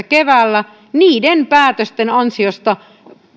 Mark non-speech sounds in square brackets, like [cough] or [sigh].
[unintelligible] keväällä kaksituhattaviisitoista niiden päätösten ansiosta